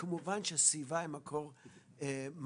וכמובן שהסביבה היא מקור משמעותי.